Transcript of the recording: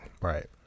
right